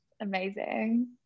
amazing